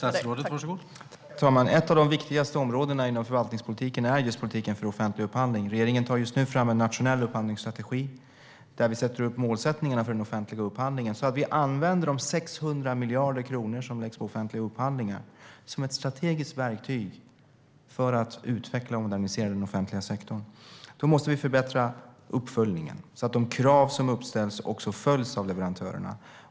Herr talman! Ett av de viktigaste områdena inom förvaltningspolitiken är politiken för offentlig upphandling. Regeringen tar just nu fram en nationell upphandlingsstrategi. Vi sätter upp mål för den offentliga upphandlingen. Vi använder de 600 miljarder kronor som läggs på offentliga upp-handlingar som ett strategiskt verktyg för att utveckla och organisera den offentliga sektorn. Vi måste förbättra uppföljningen så att de krav som ställs upp också följs av leverantörerna.